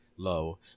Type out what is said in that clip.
Low